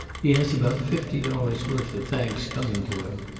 he has about fifty dollars' worth of thanks coming to him.